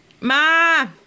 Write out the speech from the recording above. Ma